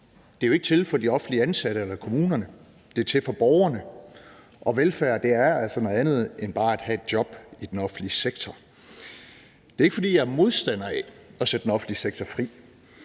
Det er jo ikke til for de offentligt ansatte eller kommunerne, det er til for borgerne, og velfærd er altså noget andet end bare at have et job i den offentlige sektor. Det er ikke, fordi jeg er modstander af at sætte den offentlige sektor fri,